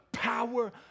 Power